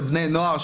של בני נוער.